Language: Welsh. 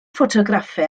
ffotograffau